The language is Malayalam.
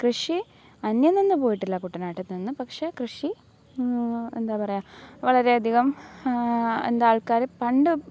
കൃഷി അന്യം നിന്നു പോയിട്ടില്ല കുട്ടനാട്ടിൽ നിന്നും പക്ഷെ കൃഷി എന്താണ് പറയുക വളരെ അധികം എന്താണ് ആൾക്കാർ പണ്ട്